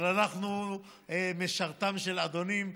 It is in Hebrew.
אבל אנחנו משרתם של אדונים.